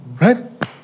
right